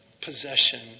possession